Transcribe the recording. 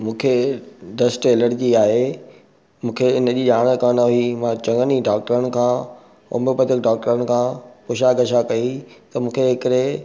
मूंखे dust allergy आहे मूंखे हिन जी ॼाण कोन्ह हुई मां चङनि ई डॉक्टरनि खां होम्योपैथिक डॉक्टरनि खां पुछा ॻाछा कई त मूंखे हिकिड़े